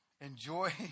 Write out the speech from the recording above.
Enjoy